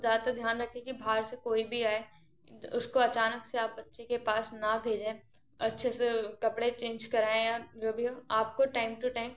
ज़्यादातर ध्यान रखें कि बाहर से कोई भी आए उसको अचानक से आप बच्चे के पास ना भेजें अच्छे से कपड़े चेंज कराएं अब जो भी हो आपको टैइम टू टैइम